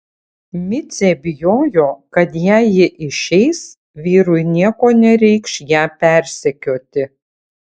micė bijojo kad jei ji išeis vyrui nieko nereikš ją persekioti